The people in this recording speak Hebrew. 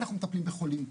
אנחנו מטפלים בחולים,